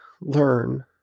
learn